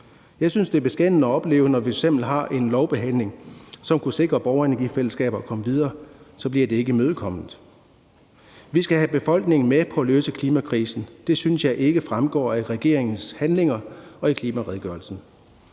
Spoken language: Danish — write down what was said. Jeg synes, det er beskæmmende at opleve, at når vi f.eks. har en lovbehandling, som kunne sikre, at borgerenergifællesskaber kunne komme videre, bliver det ikke imødekommet. Vi skal have befolkningen med på at løse klimakrisen, og det synes jeg ikke fremgår af regeringens handlinger og i klimaredegørelsen.